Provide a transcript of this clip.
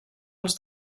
els